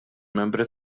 membri